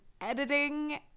editing